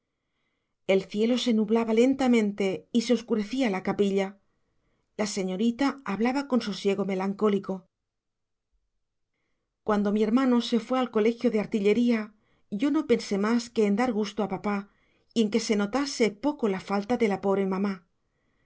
el cielo se nublaba lentamente y se oscurecía la capilla la señorita hablaba con sosiego melancólico cuando mi hermano se fue al colegio de artillería yo no pensé más que en dar gusto a papá y en que se notase poco la falta de la pobre mamá